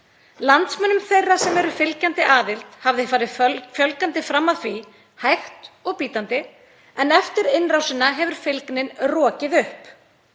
Landsmönnum þeirra sem eru fylgjandi aðild hafði farið fjölgandi fram að því hægt og bítandi en eftir innrásina hefur fylgnin rokið upp.